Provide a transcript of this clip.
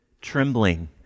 Trembling